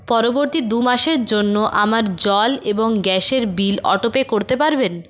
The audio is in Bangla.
পরবর্তী দু মাসের জন্য আমার জল এবং গ্যাসের বিল অটোপে করতে পারবেন